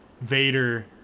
Vader